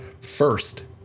First